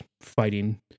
fighting